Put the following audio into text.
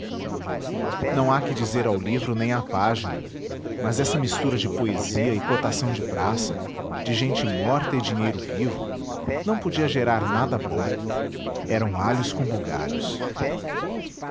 não há que dizer ao livro nem à página mas essa mistura de poesia e cotação de praça de gente morta e dinheiro vivo não podia gerar nada bom eram alhos com bugalhos